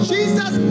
Jesus